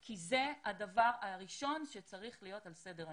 כי זה הדבר הראשון שצריך להיות על סדר היום.